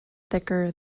thicker